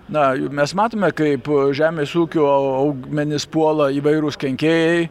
na juk mes matome kaip žemės ūkio augmenis puola įvairūs kenkėjai